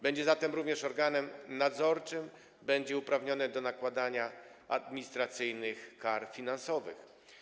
Będzie zatem również organem nadzorczym, będzie uprawniony do nakładania administracyjnych kar finansowych.